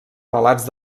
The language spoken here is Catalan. relats